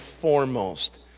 foremost